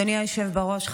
אדוני היושב בראש.